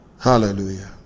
Hallelujah